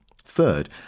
Third